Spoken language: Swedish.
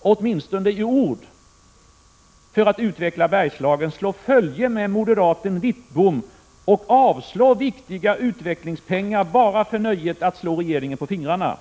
åtminstone i ord — när det gäller att utveckla Bergslagen, slå följe med moderaten Bengt Wittbom och avstyrka viktiga utvecklingspengar bara för nöjet att slå regeringen på fingrarna?